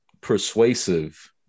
persuasive